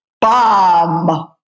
bomb